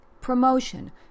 Promotion